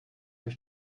der